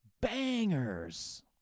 bangers